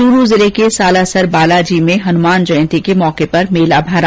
चुरू जिले के सालासर बालाजी में भी हनुमान जयंती के अवसर पर मेला भरा